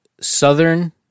southern